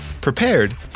prepared